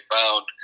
found